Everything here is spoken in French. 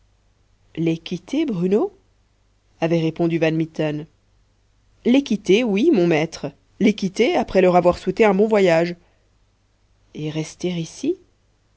quitter bruno avait répondu van mitten les quitter oui mon maître les quitter après leur avoir souhaité bon voyage et rester ici